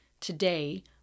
Today